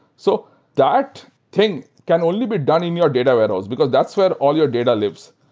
so that thing can only be done in your data warehouse, because that's where all your data lives.